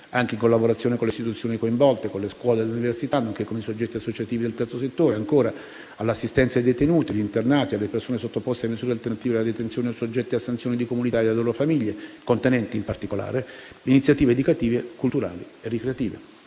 anche in collaborazione con le istituzioni coinvolte, con le scuole e le università nonché con i soggetti associativi del Terzo settore; b) all'assistenza ai detenuti, agli internati e alle persone sottoposte a misure alternative alla detenzione o soggette a sanzioni di comunità e alle loro famiglie, contenenti, in particolare, iniziative educative, culturali e ricreative;